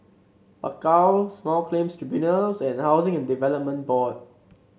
Bakau Small Claims Tribunals and Housing and Development Board